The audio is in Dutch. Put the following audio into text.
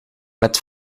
met